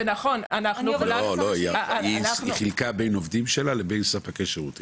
היא חילקה בין עובדים שלה ובין ספקי שירותים